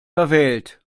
verwählt